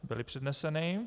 Byly předneseny.